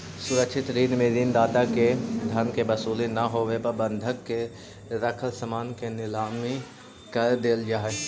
सुरक्षित ऋण में ऋण दाता के धन के वसूली ना होवे पर बंधक के रखल सामान के नीलाम कर देल जा हइ